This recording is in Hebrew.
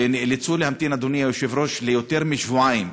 ונאלצו להמתין, אדוני היושב-ראש, יותר משבועיים.